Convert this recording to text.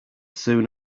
soon